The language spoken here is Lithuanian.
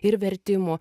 ir vertimų